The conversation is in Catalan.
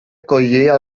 acollia